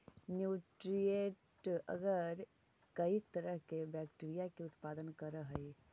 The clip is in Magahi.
न्यूट्रिएंट् एगर कईक तरह के बैक्टीरिया के उत्पादन करऽ हइ